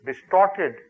distorted